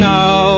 Now